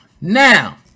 Now